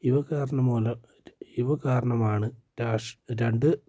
ഇവ കാരണം മൂലം ഇവ കാരണമാണ് രണ്ട്